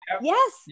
yes